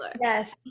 Yes